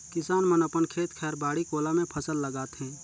किसान मन अपन खेत खायर, बाड़ी कोला मे फसल लगाथे